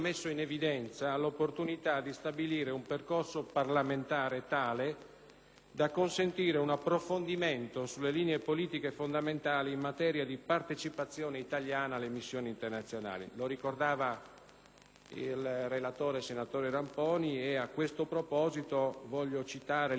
da consentire un approfondimento sulle linee politiche fondamentali in materia di partecipazione italiana alle missioni internazionali. Lo ricordava il relatore, senatore Ramponi, e a questo proposito voglio citare l'intervento svolto davanti alle Commissioni 3ª e 4ª riunite dal sottosegretario Mantica,